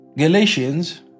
Galatians